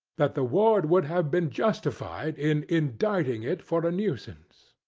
that the ward would have been justified in indicting it for a nuisance.